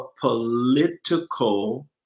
political